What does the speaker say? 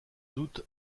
doute